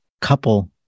couple